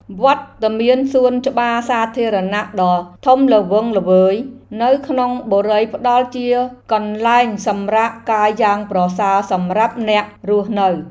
វត្តមានសួនច្បារសាធារណៈដ៏ធំល្វឹងល្វើយនៅក្នុងបុរីផ្តល់ជាកន្លែងសម្រាកកាយយ៉ាងប្រសើរសម្រាប់អ្នករស់នៅ។